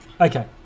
Okay